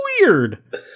Weird